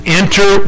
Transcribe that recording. enter